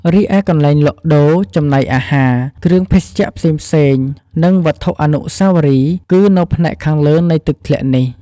រីឯកន្លែងលក់ដូរ ចំណីអាហារ គ្រឿងភេសជ្ជៈផ្សេងៗ និងវត្ថុអនុស្សាវរីយ៍ គឺនៅផ្នែកខាងលើនៃទឹកធ្លាក់នេះ។